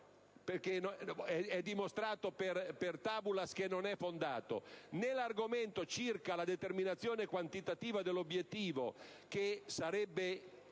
perché è dimostrato *per tabulas* che non è fondato - né quello sulla determinazione quantitativa dell'obiettivo che sarebbe